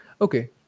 okay